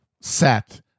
set